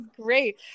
great